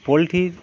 পোলট্রির